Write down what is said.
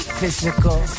physical